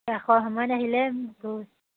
ৰাসৰ সময়ত আহিলে তো